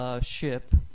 ship